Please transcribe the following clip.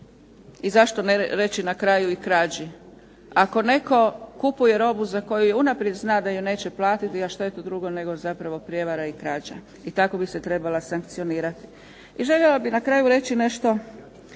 i zašto ne reći na kraju i krađi. Ako netko kupuje robu za koju unaprijed zna da ju neće platiti a šta je to drugo nego zapravo prijevara i krađa i tako bi se trebala sankcionirati. I željela bih na kraju reći nešto